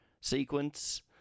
sequence